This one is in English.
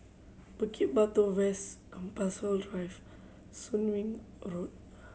Bukit Batok West Compassvale Drive Soon Wing Road